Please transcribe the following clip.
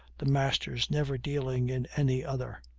the masters never dealing in any other.